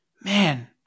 man